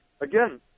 again